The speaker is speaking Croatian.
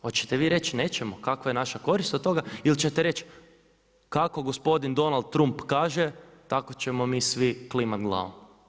Hoće vi reći nećemo, kakva je naša korist od toga ili ćete reći kako gospodin Donald Trump kaže tako ćemo mi svi klimati glavom.